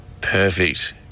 perfect